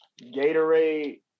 Gatorade